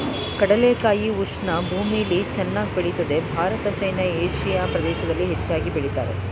ಕಡಲೆಕಾಯಿ ಉಷ್ಣ ಭೂಮಿಲಿ ಚೆನ್ನಾಗ್ ಬೆಳಿತದೆ ಭಾರತ ಚೈನಾ ಏಷಿಯಾ ಪ್ರದೇಶ್ದಲ್ಲಿ ಹೆಚ್ಚಾಗ್ ಬೆಳಿತಾರೆ